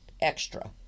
extra